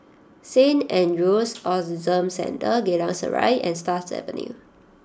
Saint Andrew's Autism Centre Geylang Serai and Stars Avenue